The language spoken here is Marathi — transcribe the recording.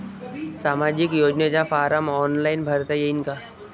सामाजिक योजनेचा फारम ऑनलाईन भरता येईन का?